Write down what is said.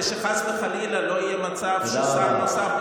כדי שחס וחלילה לא יהיה מצב ששר אוצר,